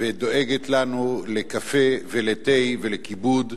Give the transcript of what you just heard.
ודואגת לנו לקפה, ולתה, ולכיבוד,